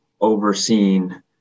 overseen